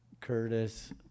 Curtis